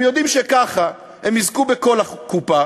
הם יודעים שכך הם יזכו בכל הקופה